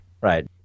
Right